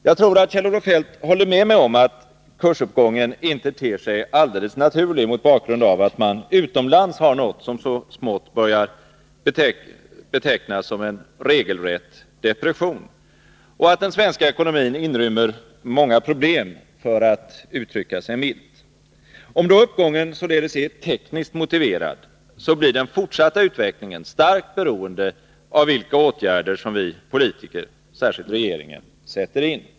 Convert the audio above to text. Jag tror att Kjell-Olof Feldt håller med mig om att kursuppgången inte ter sig alldeles naturlig, mot bakgrund av att man utomlands har något som så smått börjar betecknas som en regelrätt depression och att den svenska ekonomin inrymmer många problem =— för att uttrycka sig milt. Om då uppgången således är tekniskt motiverad, blir den fortsatta utvecklingen starkt beroende av vilka åtgärder som vi politiker, särskilt regeringen, sätter in.